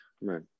Right